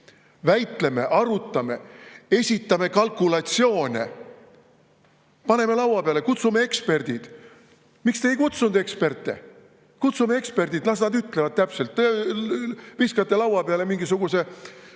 Väitleme, arutame, esitame kalkulatsioone, paneme [teema] laua peale, kutsume eksperdid. Miks te ei kutsunud eksperte? Kutsume eksperdid, las nad ütlevad täpselt. Te viskate laua peale mingisuguse